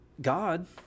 God